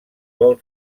vol